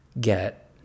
get